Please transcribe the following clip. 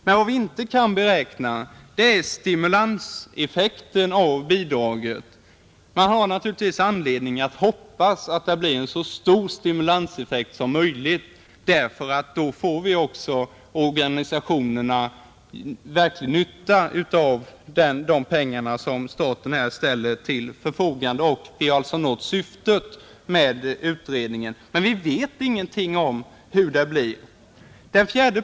Men vad vi inte kan beräkna är stimulanseffekterna av bidragen. Man har naturligtvis anledning att hoppas att det skall bli så stor stimulanseffekt som möjligt, eftersom organisationerna då också får verklig nytta av de pengar som staten ställer till förfogande. Därmed har alltså syftet med utredningen nåtts, men vi vet ingenting om hur utfallet blir.